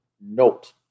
note